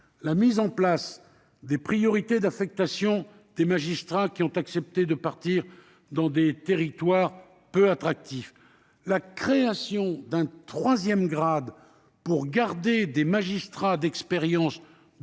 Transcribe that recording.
la mise en place des priorités d'affectation des magistrats qui ont accepté de partir dans des territoires peu attractifs ; ou encore, à la création d'un troisième grade, pour garder des magistrats d'expérience de